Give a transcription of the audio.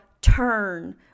turn